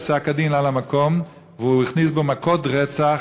פסק-הדין על המקום והוא הכניס בו מכות רצח,